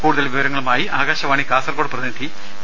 കൂടുതൽ വിവരങ്ങളുമായി ആകാശവാണി കാസർകോട് പ്രതിനിധി പി